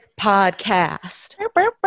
podcast